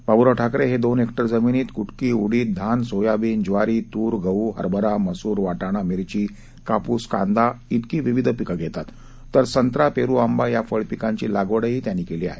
बाब्राव ठाकरे हे दोन हेक्टर जमिनीत कुटकी उडीद धान सोयाबीन ज्वारी तूर गहू हरभरा मसुर वाटाणा मिरची कापूस कांदा अशी विविध पिकं घेतात तर संत्रा पेरू आंबा या फळपिकांची लागवडही त्यांनी केली आहे